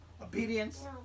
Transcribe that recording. obedience